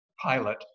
pilot